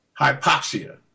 hypoxia